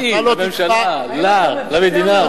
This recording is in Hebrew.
לא לי, לממשלה, לךְ, למדינה.